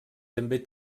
també